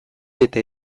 eta